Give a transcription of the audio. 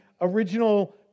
original